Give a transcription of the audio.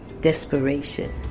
desperation